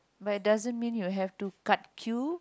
but it doesn't mean you have to cut queue